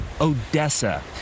Odessa